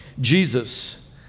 Jesus